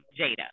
Jada